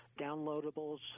downloadables